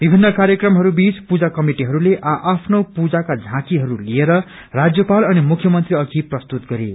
विभिन्न कार्यक्रहरूबीच पुजा कमिटिहरूले आ आफ्नो पुजाका झाँकीहरू लिएर राज्यपाल अनि मुख्यमन्त्री अघि प्रस्तुत गरे